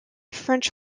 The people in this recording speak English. french